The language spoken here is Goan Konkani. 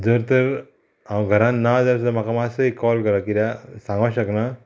जर तर हांव घरान ना जाल्यार जर म्हाका मात्सो एक कॉल करा कित्याक सांगूंक शकना